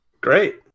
Great